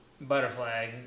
Butterfly